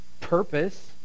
purpose